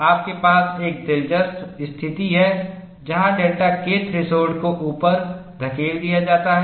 आपके पास एक दिलचस्प स्थिति है जहां डेल्टा K थ्रेशोल्ड को ऊपर धकेल दिया जाता है